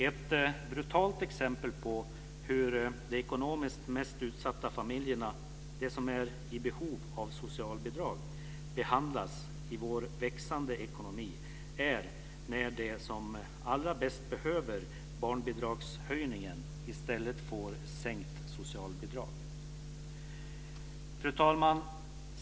Ett brutalt exempel på hur de ekonomiskt mest utsatta familjerna, de som är i behov av socialbidrag, behandlas i vår växande ekonomi är när de som allra bäst behöver barnbidragshöjningen i stället får sänkt socialbidrag. Fru talman!